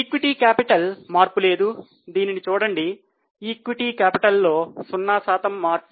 equity capital మార్పు లేదు దీనిని చూడండి ఈక్విటీ క్యాపిటల్ లో 0 మార్పు